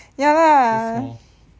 ya lah